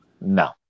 No